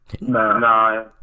Nah